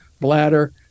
bladder